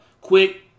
quick